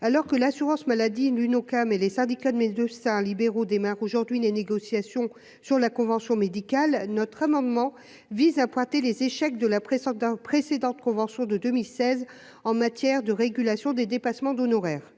alors que l'assurance maladie, l'Unocam et les syndicats de médecins libéraux démarre aujourd'hui les négociations sur la convention médicale notre amendement vise à pointer les échecs de la présence d'un précédent provençaux de 2016 en matière de régulation des dépassements d'honoraires,